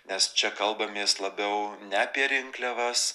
nes čia kalbamės labiau ne apie rinkliavas